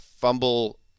fumble